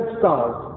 stars